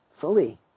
fully